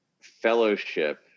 fellowship